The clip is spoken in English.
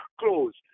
closed